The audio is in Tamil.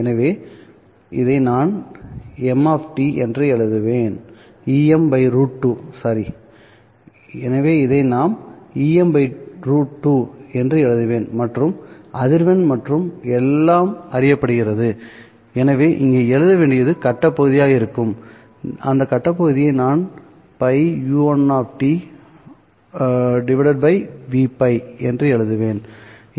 எனவே இதை நான் எம் √2 Em√2 என்று எழுதுவேன் மற்றும் அதிர்வெண் மற்றும் எல்லாம் அறியப்படுகிறது எனவே இங்கே எழுத வேண்டியது கட்ட பகுதியாக இருக்கும்அந்த கட்ட பகுதியை நான் πu1 Vπ என்று எழுதுவேன்